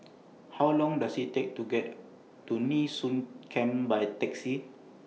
How Long Does IT Take to get to Nee Soon Camp By Taxi